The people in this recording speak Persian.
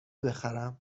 بخرم